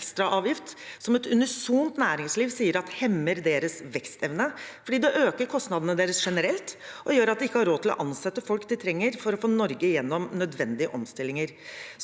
som et unisont næringsliv sier at hemmer deres vekstevne fordi det øker kostnadene deres generelt og gjør at de ikke har råd til å ansette folk de trenger for å få Norge gjennom nødvendige omstillinger.